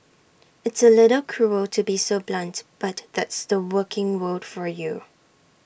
it's A little cruel to be so blunt but that's the working world for you